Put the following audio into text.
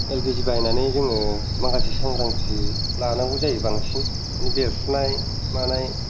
L P G बाहायनानै जोङो माखासे सांग्रांथि लानांगौ जायो बांसिन माने बेरफ्रुनाय मानाय